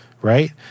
Right